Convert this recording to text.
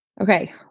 Okay